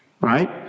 Right